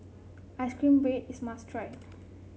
ice cream bread is a must try